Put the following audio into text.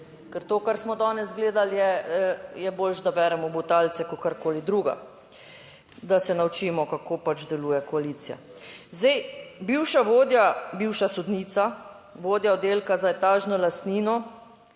ker to, kar smo danes gledali, je boljše, da beremo Butalce, kakorkoli drugega, da se naučimo kako deluje koalicija. Zdaj, bivša vodja, bivša sodnica, vodja oddelka za etažno lastnino,